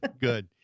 good